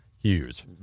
huge